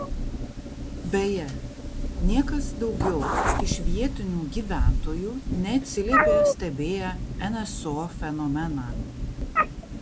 beje niekas daugiau iš vietinių gyventojų neatsiliepė stebėję nso fenomeną